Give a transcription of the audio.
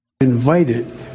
Invited